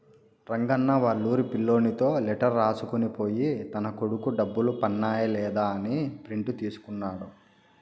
రంగన్న వాళ్లూరి పిల్లోనితో లెటర్ రాసుకొని పోయి తన కొడుకు డబ్బులు పన్నాయ లేదా అని ప్రింట్ తీసుకున్నాడు